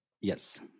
Yes